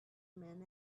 man